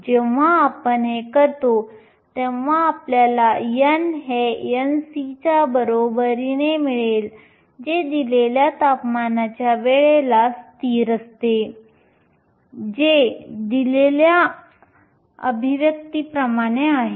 जेव्हा आपण हे करतो तेव्हा आपल्याला n हे Nc च्या बरोबरीने मिळते जे दिलेल्या तापमानाच्या वेळेस स्थिर असते जे exp⁡kT आहे